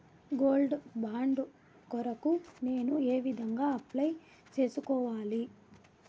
Gold bond కొరకు నేను ఏ విధంగా అప్లై సేసుకోవాలి?